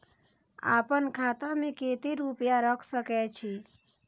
आपन खाता में केते रूपया रख सके छी?